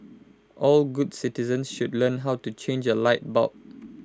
all good citizens should learn how to change A light bulb